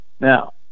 Now